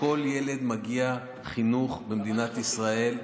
לכל ילד מגיע חינוך במדינת ישראל.